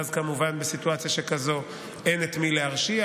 ואז כמובן בסיטואציה שכזאת אין את מי להרשיע,